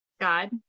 God